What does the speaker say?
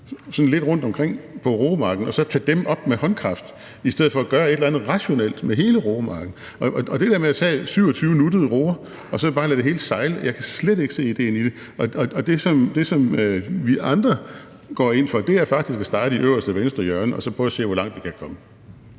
lidt rundtomkring på roemarken, og så tage dem op med håndkraft, i stedet for at gøre et eller andet rationelt med hele roemarken. Det der med at tage 27 nuttede roer og så bare lade det hele sejle, kan jeg slet ikke se idéen i. Det, som vi andre går ind for, er faktisk at starte i øverste venstre hjørne og så prøve at se, hvor langt vi kan komme.